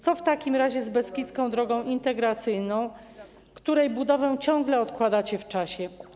Co w takim razie z Beskidzką Drogą Integracyjną, której budowę ciągle odkładacie w czasie?